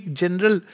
general